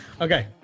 Okay